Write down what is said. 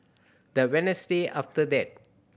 the Wednesday after that